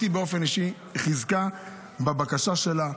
אותי באופן אישי היא חיזקה בבקשה שלה,